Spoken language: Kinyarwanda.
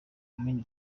komini